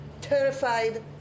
terrified